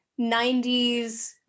90s